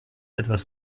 etwas